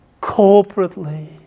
corporately